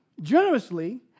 generously